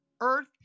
Earth